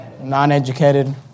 Non-educated